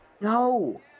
No